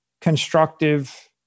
constructive